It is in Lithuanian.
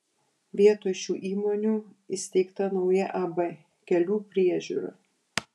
vietoj šių įmonių įsteigta nauja ab kelių priežiūra